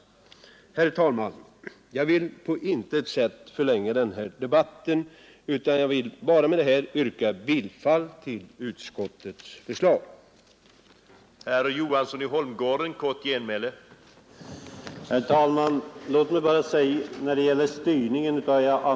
Herr talman! Jag vill på intet sätt förlänga debatten, utan jag yrkar med detta bifall till utskottets hemställan.